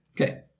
Okay